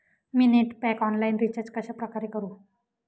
मी net pack online recharge कशाप्रकारे करु?